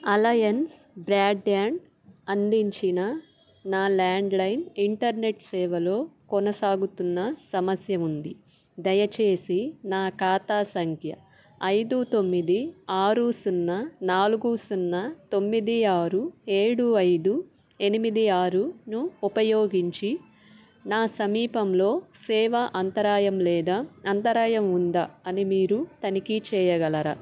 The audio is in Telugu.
అలయన్స్ బ్రాడ్బ్యాండ్ అందించిన నా ల్యాండ్లైన్ ఇంటర్నెట్ సేవలో కొనసాగుతున్న సమస్య ఉంది దయచేసి నా ఖాతా సంఖ్య ఐదు తొమ్మిది ఆరు సున్నా నాలుగు సున్నా తొమ్మిది ఆరు ఏడు ఐదు ఎనిమిది ఆరును ఉపయోగించి నా సమీపంలో సేవ అంతరాయం లేదా అంతరాయం ఉందా అని మీరు తనిఖీ చేయగలరా